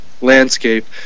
landscape